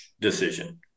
decision